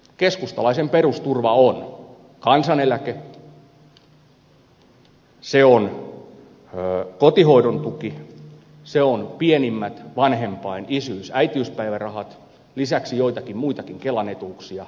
keskustalaisen perusturva on kansaneläke se on kotihoidon tuki se on pienimmät vanhempain isyys äitiyspäivärahat lisäksi joitakin muitakin kelan etuuksia kuntoutuspäivärahoja ja niin edelleen